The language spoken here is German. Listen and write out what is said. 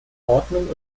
ordnung